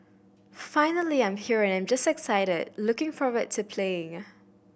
finally I'm here and I'm just excited looking forward to playing